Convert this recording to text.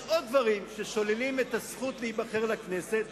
יש עוד דברים ששוללים את הזכות להיבחר לכנסת,